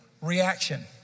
reaction